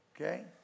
okay